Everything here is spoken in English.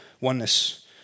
Oneness